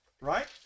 right